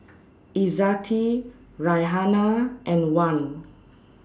Izzati Raihana and Wan